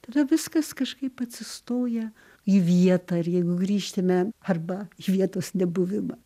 tada viskas kažkaip atsistoja į vietą ir jeigu grįžtume arba vietos nebuvimą